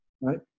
right